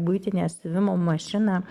buitinę siuvimo mašiną